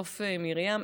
תוף מרים?